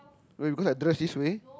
why because I dress this way